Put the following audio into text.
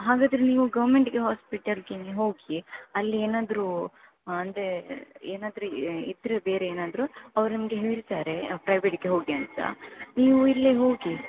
ಹಾಗಾದರೆ ನೀವು ಗೌರ್ಮೆಂಟ್ಗೆ ಹಾಸ್ಪಿಟಲ್ಗೆನೆ ಹೋಗಿ ಅಲ್ಲಿ ಏನಾದರೂ ಅಂದರೆ ಏನಾದರೂ ಇದ್ದರೆ ಬೇರೆ ಏನಾದರೂ ಅವರು ನಿಮಗೆ ಹೇಳ್ತಾರೆ ಪ್ರೈವೇಟ್ಗೆ ಹೋಗಿ ಅಂತ ನೀವು ಇಲ್ಲೇ ಹೋಗಿ